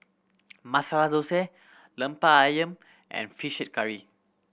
Masala Thosai Lemper Ayam and Fish Head Curry